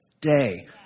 day